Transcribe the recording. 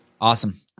Awesome